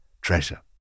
treasure